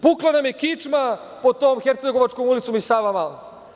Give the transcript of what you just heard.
Pukla nam je kičma pod tom Hercegovačkom ulicom i Savamalom.